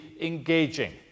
engaging